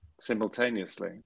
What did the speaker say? simultaneously